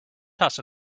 toss